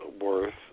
worth